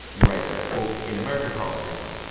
you write that, quote, in american politics,